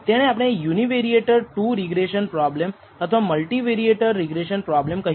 તેને આપણે univariate 2 regression problem અથવા મલ્ટીવેરીયેટ રિગ્રેસન પ્રોબ્લેમ કહીએ